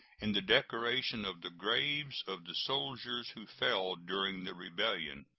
in the decoration of the graves of the soldiers who fell during the rebellion.